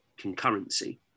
concurrency